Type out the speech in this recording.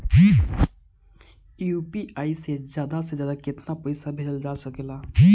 UPI से ज्यादा से ज्यादा केतना पईसा भेजल जा सकेला?